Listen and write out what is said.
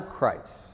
Christ